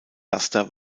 laster